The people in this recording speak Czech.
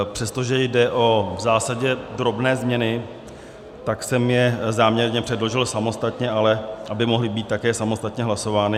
Přestože jde v zásadě o drobné změny, tak jsem je záměrně předložil samostatně, ale aby mohly být také samostatně hlasovány.